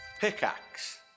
Pickaxe